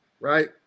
right